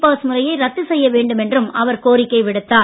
pass முறையை ரத்து செய்ய வேண்டுமென்றும் அவர் கோரிக்கை விடுத்தார்